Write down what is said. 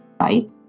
right